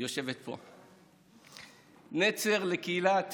והיא יושבת פה, נצר לקהילת